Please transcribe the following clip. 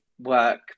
work